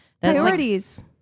priorities